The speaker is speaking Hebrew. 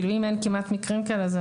כלומר, אם אין כמעט מקרים כאלה.